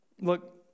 Look